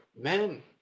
men